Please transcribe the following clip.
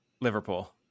Liverpool